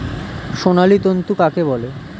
সোনালী তন্তু কাকে বলে?